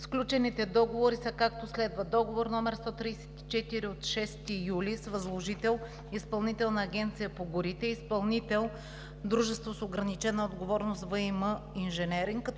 Сключените договори са, какво следва: Договор № 134 от 6 юли с възложител Изпълнителната агенция по горите и изпълнител – дружество с ограничена отговорност „В и М инженеринг“